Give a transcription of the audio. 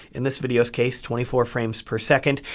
in this video's case, twenty four frames per second,